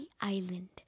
Island